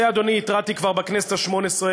על זה, אדוני, התרעתי כבר בכנסת השמונה-עשרה.